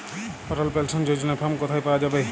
অটল pension যোজনার form কোথায় পাওয়া যাবে?